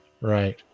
Right